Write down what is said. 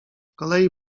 kolei